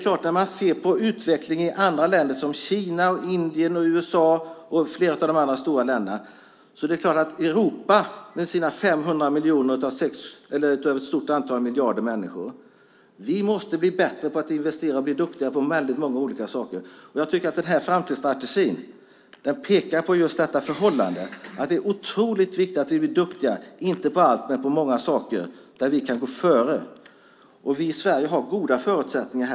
Men när man ser på utvecklingen i Kina, Indien, USA och flera av de andra stora länderna är det klart att Europa med sina 500 miljoner av ett stort antal miljarder människor måste bli bättre på att investera och bli duktiga på väldigt många olika saker. Framtidsstrategin pekar på just detta förhållande. Det är otroligt viktigt att vi blir duktiga inte på allt men många saker där vi kan gå före. Vi i Sverige har här goda förutsättningar.